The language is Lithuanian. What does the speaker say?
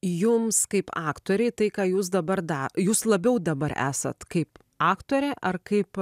jums kaip aktorei tai ką jūs dabar da jūs labiau dabar esat kaip aktorė ar kaip